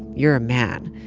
you're a man,